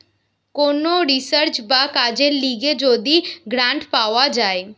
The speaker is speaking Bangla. কোন রিসার্চ বা কাজের লিগে যদি গ্রান্ট পাওয়া যায়